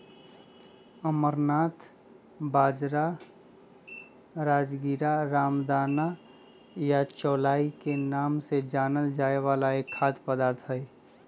amaranth बाजरा, राजगीरा, रामदाना या चौलाई के नाम से जानल जाय वाला एक खाद्य पदार्थ हई